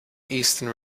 eastern